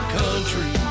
country